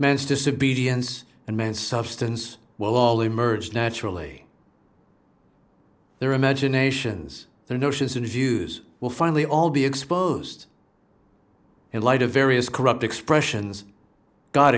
man's disobedience and man substance will all emerge naturally their imaginations their notions and views will finally all be exposed in light of various corrupt expressions god